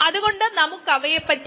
വേണ്ടത്ര സബ്സ്ട്രേറ്റ്